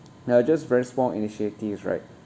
they're just very small initiatives right